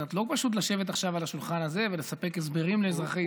קצת לא פשוט לשבת עכשיו על השולחן הזה ולספק הסברים לאזרחי ישראל,